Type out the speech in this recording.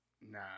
Nah